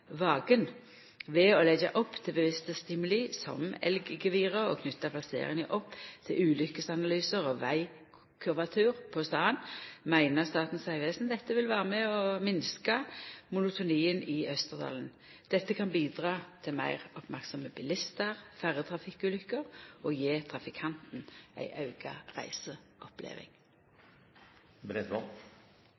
vaken. Ved å leggja opp til bevisste stimuli, som elggevira, og knyta plasseringa opp til ulykkesanalysar og vegkurvatur på staden, meiner Statens vegvesen at dette vil vera med på å minska monotonien i Østerdalen. Dette kan bidra til meir merksame bilistar, færre trafikkulykker, og det kan gje trafikanten ei auka reiseoppleving.